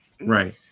right